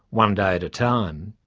one day at a time.